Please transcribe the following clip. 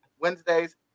Wednesdays